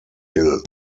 hill